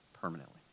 permanently